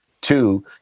Two